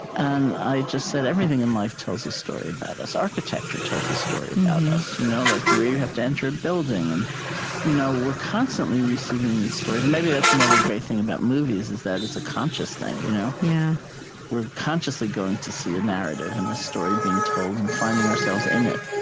and i just said, everything in life tells a story about us architecture tells a story yeah about us, you know like where you have to enter a building. and you know we're constantly receiving these stories. and maybe that's another great thing about movies, is that it's a conscious thing. you know yeah we're consciously going to see a narrative and a story being told, and finding ourselves in it,